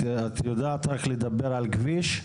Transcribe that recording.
את יודעת רק לדבר על כביש?